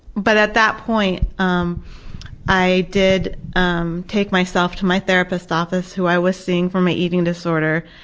but at that point um i did um take myself to my therapist's office, who i was seeing for my eating disorder,